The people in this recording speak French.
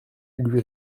lui